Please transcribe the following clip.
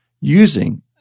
using